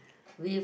with